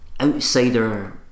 outsider